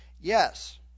Yes